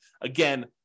Again